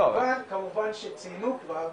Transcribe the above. כמובן שציינו כבר,